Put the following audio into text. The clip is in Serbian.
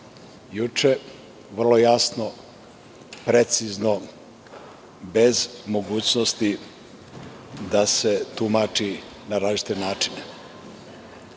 redu, vrlo jasno, precizno i bez mogućnosti da se tumači na različite načine. Uz